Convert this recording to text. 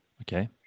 Okay